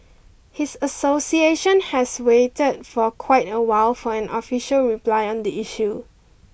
his association has waited for quite a while for an official reply on the issue